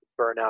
burnout